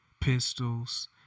pistols